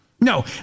No